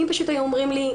אם פשוט היו אומרים לי,